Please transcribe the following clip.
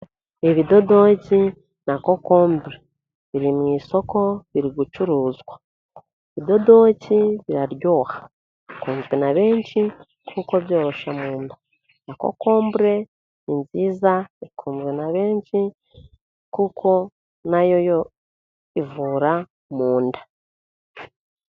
Ibidodoki na kokombure biri mu isoko, biri gucuruzwa .Ibidodoki biraryoha, bikunzwe na benshi kuko byoroshya mu nda na Kokombure ni nziza ,ikundwa na benshi kuko na yo ivura mu nda.